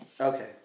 Okay